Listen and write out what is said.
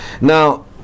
Now